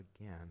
again